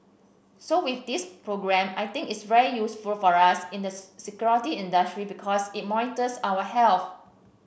so with this programme I think it's very useful for us in the security industry because it monitors our health